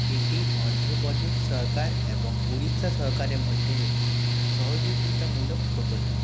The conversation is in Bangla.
এটি অন্ধ্রপ্রদেশ সরকার এবং ওড়িশা সরকারের মধ্যে একটি সহযোগিতামূলক প্রকল্প